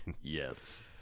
Yes